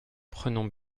prenons